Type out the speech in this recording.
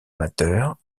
amateurs